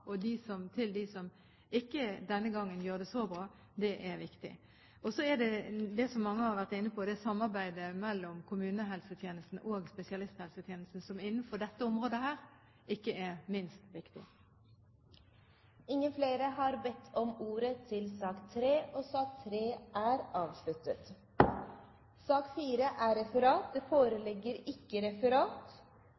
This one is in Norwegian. som denne gangen ikke gjør det så bra, er viktig. Så er det det som mange har vært inne på – samarbeidet mellom kommunehelsetjenesten og spesialisthelsetjenesten, som innenfor dette området ikke minst er viktig. Debatten i sak nr. 3 er dermed avsluttet. Det foreligger ikke noe referat. Dermed er dagens kart ferdigbehandlet. Er det